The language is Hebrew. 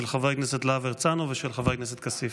של חבר הכנסת להב הרצנו ושל חבר הכנסת כסיף,